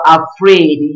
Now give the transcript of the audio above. afraid